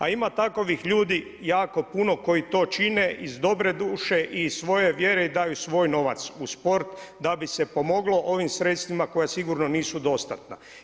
A ima takvih ljudi jako puno koji to čine iz dobre duše i iz svoje vjere i daju svoj novac u sport da bi se pomoglo ovim sredstvima koja sigurno nisu dostatna.